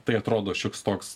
tai atrodo šioks toks